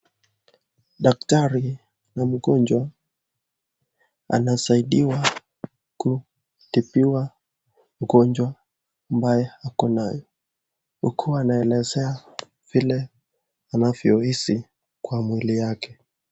Daktari na mgonjwa anasaidiwa kutibiwa ugonjwa ambaye ako nayo ,huku anaelezea vile anavyo hisi kwa mwili yake.